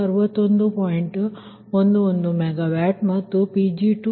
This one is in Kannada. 11 MW ಮತ್ತು Pg2 105